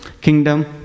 kingdom